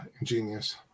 ingenious